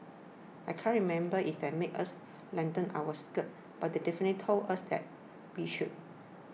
I can't remember if they made us lengthen our skirt but definitely told us that we should